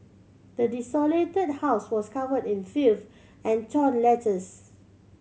the desolated house was covered in filth and torn letters